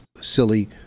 silly